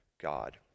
God